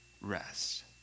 rest